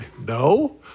no